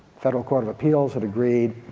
federal court of appeals had agreeed,